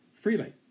freely